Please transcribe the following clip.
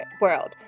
world